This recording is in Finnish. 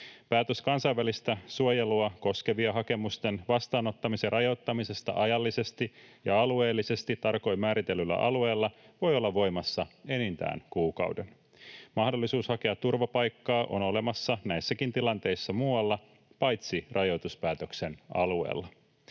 Päätös kansainvälistä suojelua koskevien hakemusten vastaanottamisen rajoittamisesta ajallisesti ja alueellisesti tarkoin määritellyllä alueella voi olla voimassa enintään kuukauden. Mahdollisuus hakea turvapaikkaa on olemassa näissäkin tilanteissa muualla paitsi rajoituspäätöksen alueella.